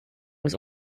was